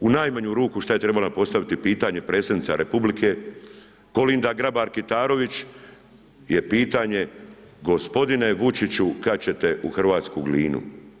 U najmanju ruku šta je trebala postaviti pitanje predsjednica Republike KOlinda Grabar Kitarović je pitanje gospodine Vučiću kad ćete u hrvatsku Glinu.